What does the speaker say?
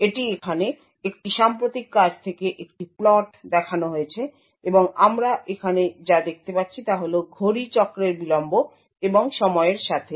এটি এখানে একটি সাম্প্রতিক কাজ থেকে একটি প্লটদেখানো হয়েছে এবং আমরা এখানে যা দেখতে পাচ্ছি তা হল ঘড়ি চক্রের বিলম্ব এবং সময়ের সাথে